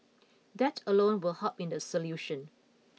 that alone will help in the solution